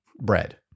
bread